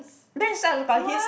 then I start to call his